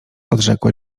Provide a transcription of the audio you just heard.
odrzekła